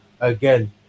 again